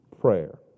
prayer